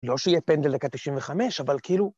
לא שיהיה פנדל דקה 95, אבל כאילו...